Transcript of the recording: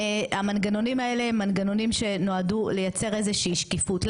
המנגנונים האלה הם מנגנונים שנועדו לייצר איזה שהיא שקיפות.